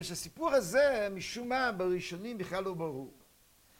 שסיפור הזה משום מה בראשונים בכלל לא ברור